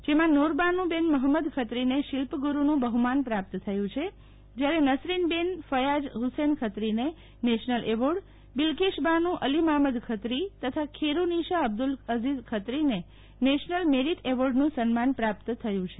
જેમાં નુરબાનુબેન મહમદ ખત્રીને શીલ્પગુરૂનું બહુમાન પ્રાપ્ત થયું છે જયારે નસરીન બેન ફયાજ ફ્સેન ખત્રીને નેશનલ એવોર્ડ બિલ્કીશબાનુ અલીમામદ ખત્રી તથા ખેડુનીશા અબ્દુલ અઝીઝ ખત્રીને નેશનલ મેરીટ એવોર્ડનું સન્માન પ્રાપ્ત થયું છે